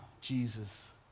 Jesus